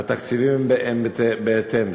והתקציבים הם בהתאם.